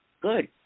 Good